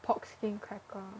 pork skin cracker